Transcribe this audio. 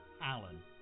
Alan